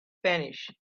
spanish